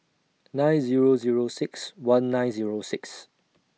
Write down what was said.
nine Zero Zero six one nine Zero six